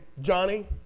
Johnny